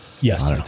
yes